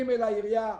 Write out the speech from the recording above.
ג', לעירייה,